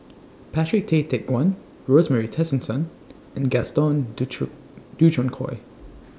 Patrick Tay Teck Guan Rosemary Tessensohn and Gaston Dutronquoy